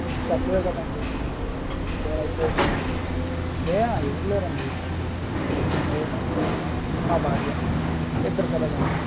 తక్కువే కదా అండి నేనైతే యా ఎందుకు లేరు అండి నేను మా భార్య ఇద్దరు పిల్లలండి